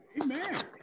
Amen